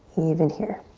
even here.